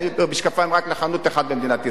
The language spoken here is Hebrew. אין משקפיים רק בחנות אחת במדינת ישראל.